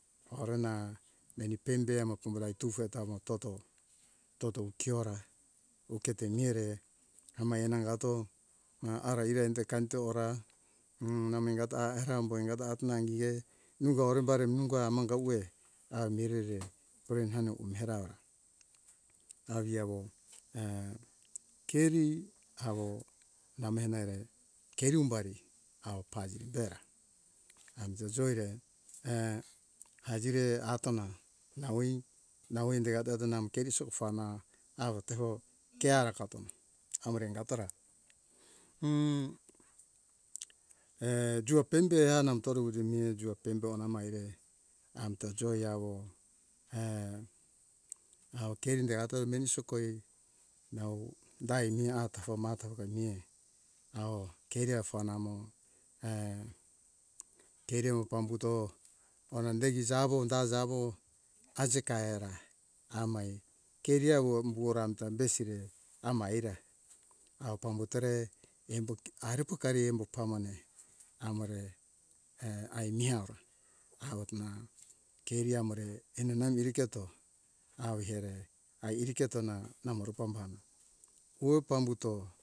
Orona meni pembe amo kumbodai tufei ta tamo toto toto ukeora ukete mihere amaie nangato na ara ire anita kanto ora m na mei gatara ambo ingata awa ingihe nungo orimbari nungo hamanga uwe a mirere pore ana uwera aviawo keri awo namehena ere keri umbari awo paziri bera amta joere hazire atona nahoi nahoi de ato ato nau keriso fana awo tego deara katom amore ingatora m juapende anamtoru mia juapembe nama aire amta joy awo awo kerinda ata meni sokoei nau dai mi ata foma goari mihe au keri afo namo keri umo pambuto onandegi jawo da jawo ajeka hera amai keriawo umboram ta besi re amai aira au pambutore embo ke ari pokari embo pamone amore e aimioira awotona keriamore nenamiri keto awo ere ai iriketo na namoru pambuhona wu pambuto